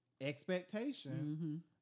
expectation